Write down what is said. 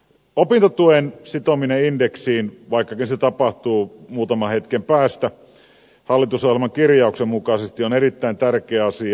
opintotuen sitominen indeksiin vaikkakin se tapahtuu muutaman hetken päästä hallitusohjelmakirjauksen mukaisesti on erittäin tärkeä asia